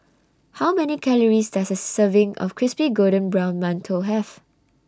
How Many Calories Does A Serving of Crispy Golden Brown mantou Have